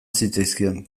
zitzaizkion